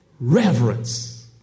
reverence